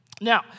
Now